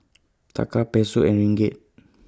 Taka Peso and Ringgit